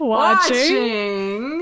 watching